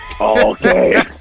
Okay